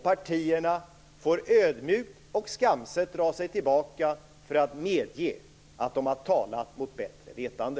Partierna får då ödmjukt och skamset dra sig tillbaka och medge att de har talat mot bättre vetande.